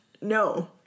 No